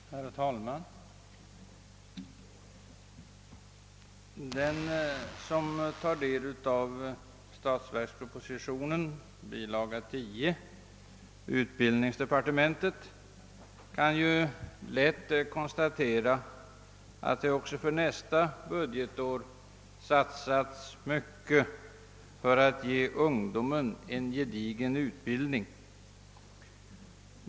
Herr talman! Den som tar del av årets statsverksproposition, bilaga 10, utbildningsdepartementet, kan lätt konstatera att det också för nästa budgetår satsats mycket för att ge ungdomen en gedigen utbildning.